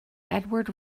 edward